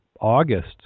August